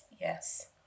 yes